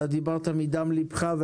אתה דיברת מדם ליבך,